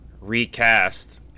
recast